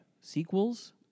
sequels